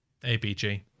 ABG